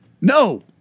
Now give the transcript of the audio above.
No